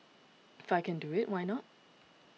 if I can do it why not